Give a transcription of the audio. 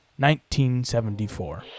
1974